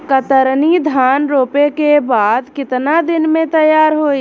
कतरनी धान रोपे के बाद कितना दिन में तैयार होई?